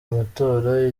amatora